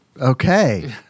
Okay